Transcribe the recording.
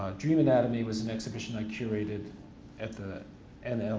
ah dream anatomy was an exhibition i curated at the and